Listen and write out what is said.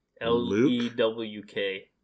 L-E-W-K